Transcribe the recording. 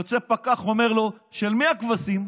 יוצא פקח ואומר לו: של מי הכבשים?